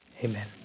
Amen